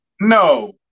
No